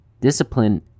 discipline